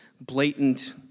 blatant